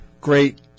great